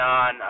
on